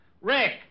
Rick